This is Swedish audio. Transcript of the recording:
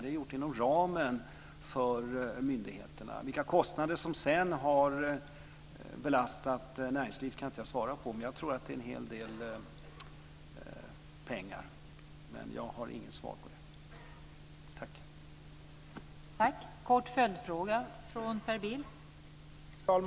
Det är gjort inom ramen för myndigheterna. Vilka kostnader som sedan har belastat näringslivet kan jag inte svara på, men jag tror att det är en hel del pengar. Jag har inget svar på det.